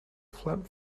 flap